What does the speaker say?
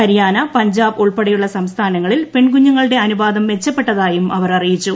ഹരിയാന പഞ്ചാബ് ഉൾപ്പെടെയുള്ള സംസ്ഥാനങ്ങളിൽ പെൺകുഞ്ഞുങ്ങളുടെ അനുപാതം മെച്ചപ്പെട്ടതായും അവർ അറിയിച്ചു